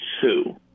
two